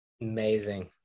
Amazing